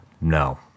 no